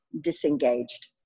disengaged